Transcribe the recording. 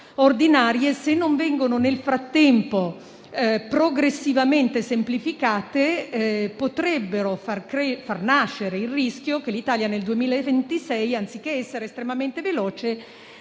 se non vengono nel frattempo progressivamente semplificate, potrebbero far nascere il rischio che l'Italia nel 2026, anziché essere estremamente veloce,